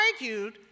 argued